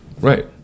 Right